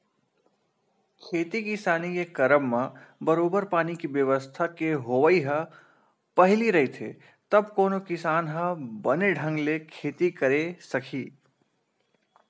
खेती किसानी के करब म बरोबर पानी के बेवस्था के होवई ह पहिली रहिथे तब कोनो किसान ह बने ढंग ले खेती करे सकही